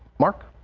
mark